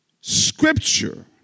Scripture